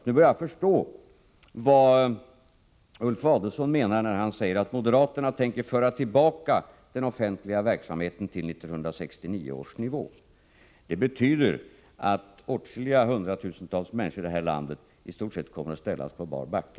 Nu börjar jag förstå vad Ulf Adelsohn menar när han säger att moderaterna tänker föra tillbaka den offentliga verksamheten till 1969 års nivå. Det betyder att åtskilliga hundratusental människor här i landet i stort sett kommer att ställas på bar backe.